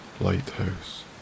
Lighthouse